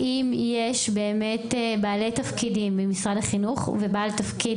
האם יש בעלי תפקידים במשרד החינוך ובעל תפקיד